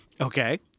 Okay